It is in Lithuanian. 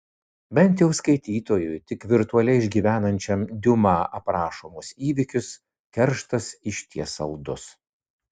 bent jau skaitytojui tik virtualiai išgyvenančiam diuma aprašomus įvykius kerštas išties saldus